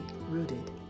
rooted